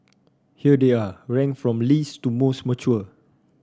here they are ranked from least to most mature